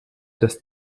das